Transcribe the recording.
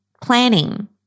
planning